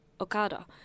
Okada